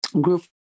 group